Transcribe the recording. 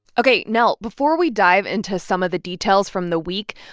ok. nell, before we dive into some of the details from the week,